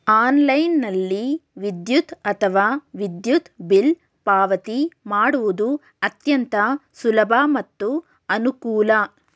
ಆನ್ಲೈನ್ನಲ್ಲಿ ವಿದ್ಯುತ್ ಅಥವಾ ವಿದ್ಯುತ್ ಬಿಲ್ ಪಾವತಿ ಮಾಡುವುದು ಅತ್ಯಂತ ಸುಲಭ ಮತ್ತು ಅನುಕೂಲ